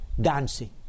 dancing